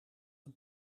een